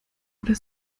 oder